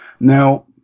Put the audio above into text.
Now